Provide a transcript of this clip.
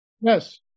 Yes